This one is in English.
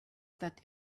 that